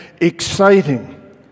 exciting